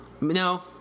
No